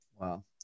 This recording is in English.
Wow